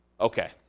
okay